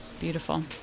beautiful